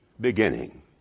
beginning